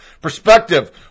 Perspective